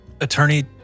attorney